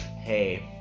hey